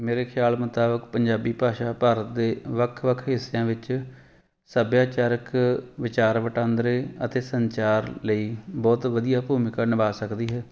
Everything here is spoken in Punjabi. ਮੇਰੇ ਖਿਆਲ ਮੁਤਾਬਿਕ ਪੰਜਾਬੀ ਭਾਸ਼ਾ ਭਾਰਤ ਦੇ ਵੱਖ ਵੱਖ ਹਿੱਸਿਆਂ ਵਿੱਚ ਸੱਭਿਆਚਾਰਕ ਵਿਚਾਰ ਵਟਾਂਦਰੇ ਅਤੇ ਸੰਚਾਰ ਲਈ ਬਹੁਤ ਵਧੀਆ ਭੂਮਿਕਾ ਨਿਭਾ ਸਕਦੀ ਹੈ